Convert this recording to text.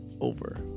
over